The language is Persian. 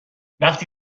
وقتی